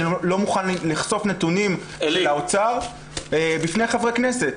לא מוכן לחשוף נתונים בפני חברי הכנסת.